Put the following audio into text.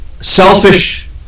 selfish